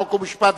חוק ומשפט,